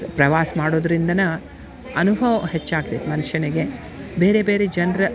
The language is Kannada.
ಪ್ರವಾಸ ಮಾಡೋದರಿಂದನ ಅನುಭವ ಹೆಚ್ಚು ಆಗ್ತೈತಿ ಮನುಷ್ಯನಿಗೆ ಬೇರೆ ಬೇರೆ ಜನರ